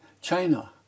China